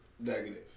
Negative